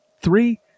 Three